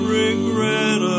regret